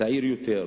צעיר יותר,